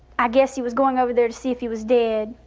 i guess he was going over there to see if he was dead,